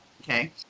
Okay